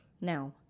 Now